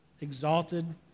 exalted